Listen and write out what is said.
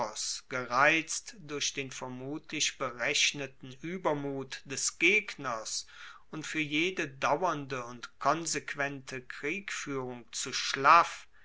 gereizt durch den vermutlich berechneten uebermut des gegners und fuer jede dauernde und konsequente kriegfuehrung zu schlaff